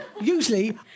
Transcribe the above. usually